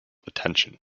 attention